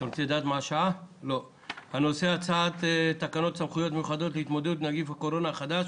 הנושא הוא הצעת תקנות סמכויות מיוחדות להתמודדות עם נגיף הקורונה החדש